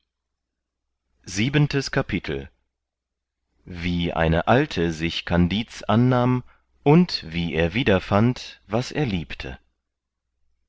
siebentes kapitel wie eine alte sich kandid's annahm und wie er wiederfand was er liebte